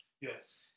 Yes